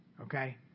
Okay